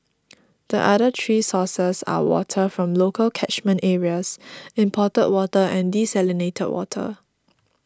the other three sources are water from local catchment areas imported water and desalinated water